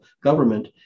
government